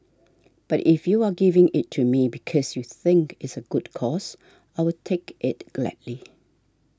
but if you are giving it to me because you think it's a good cause I'll take it gladly